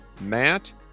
Matt